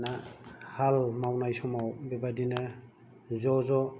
ना हाल मावनाय समाव बेबायदिनो ज' ज'